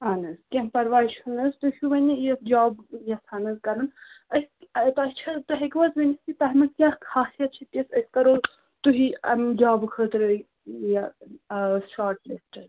اَہن حظ کیٚنٛہہ پرواے چھُنہٕ حظ تُہۍ چھُو وَنہِ یہِ جاب یَژھان حظ کَرُن أسۍ تۄہہِ چھِ حظ تُہۍ ہیٚکِو حظ ؤنِتھ کہِ تۄہہِ منٛز کیٛاہ خاصِیَت چھِ تِژھ أسۍ کَرو تُہی اَمہِ جابہٕ خٲطرٕ یہِ شاٹ لِسٹ